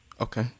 Okay